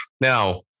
Now